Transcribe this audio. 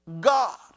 God